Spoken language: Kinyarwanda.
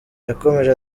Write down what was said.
yakomeje